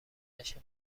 نشه